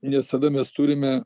nes tada mes turime